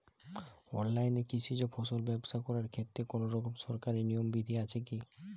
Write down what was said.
অনলাইনে কৃষিজ ফসল ব্যবসা করার ক্ষেত্রে কোনরকম সরকারি নিয়ম বিধি আছে কি?